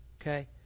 Okay